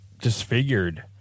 disfigured